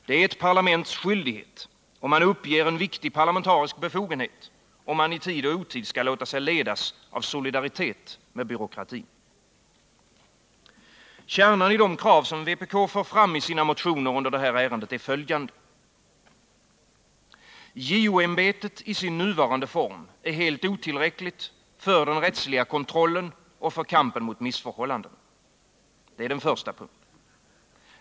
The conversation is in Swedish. Det är en parlamentets skyldighet, och man uppger en viktig parlamentarisk befogenhet om man i tid och otid skall låta sig ledas av solidaritet med byråkratin. Kärnanii de krav som vpk för fram i sina motioner i detta ärende är följande: JO-ämbetet i sin nuvarande form är helt otillräckligt för den rättsliga kontrollen och kampen mot missförhållandena. Det är den första punkten.